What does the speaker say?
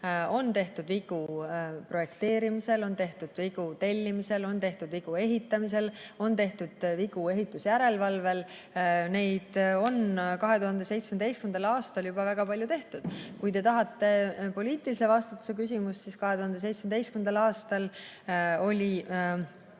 On tehtud vigu projekteerimisel, on tehtud vigu tellimisel, on tehtud vigu ehitamisel, on tehtud vigu ehitusjärelevalvel. Neid [vigu] oli 2017. aastal juba väga palju tehtud. Kui te [küsite] poliitilise vastutuse [kohta], siis 2017. aastal oli